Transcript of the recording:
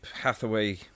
Hathaway